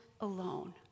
alone